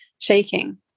shaking